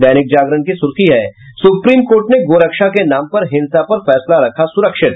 दैनिक जागरण की सुर्खी हे सुप्रीम कोर्ट ने गोरक्षा के नाम पर हिंसा पर फैसला रखा सुरक्षित